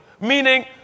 meaning